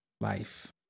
Life